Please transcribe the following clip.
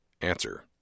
Answer